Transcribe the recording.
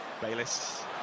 Bayless